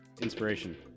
Inspiration